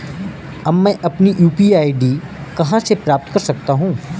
अब मैं अपनी यू.पी.आई आई.डी कहां से प्राप्त कर सकता हूं?